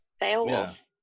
beowulf